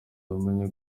wamenya